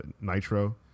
Nitro